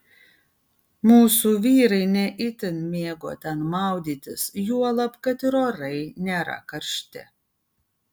mūsų vyrai ne itin mėgo ten maudytis juolab kad ir orai nėra karšti